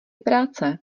práce